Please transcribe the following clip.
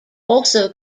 also